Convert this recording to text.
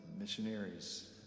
missionaries